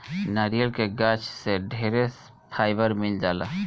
नारियल के गाछ से ढेरे फाइबर मिल जाला